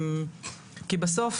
כי בסוף